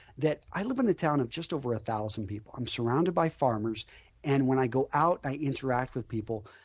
i live in a town of just over a thousand people. i am surrounded by farmers and when i go out i interact with people.